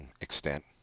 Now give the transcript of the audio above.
extent